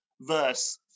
verse